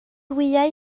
wyau